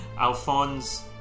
Alphonse